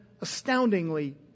astoundingly